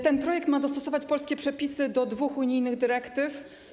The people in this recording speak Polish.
Ten projekt ma dostosować polskie przepisy do dwóch unijnych dyrektyw.